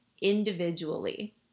individually